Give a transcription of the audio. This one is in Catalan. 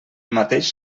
mateix